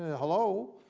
hello?